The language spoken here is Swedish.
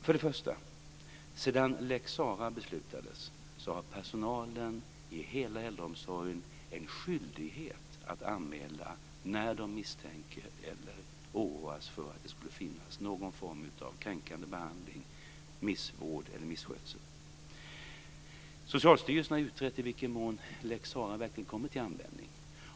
För det första har, sedan lex Sarah beslutades, personalen i hela äldreomsorgen en skyldighet att anmäla när de misstänker eller oroar sig för att det skulle förekomma någon form av kränkande behandling, missvård eller misskötsel. Socialstyrelsen har utrett i vilken mån lex Sarah verkligen har kommit till användning.